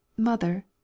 Mother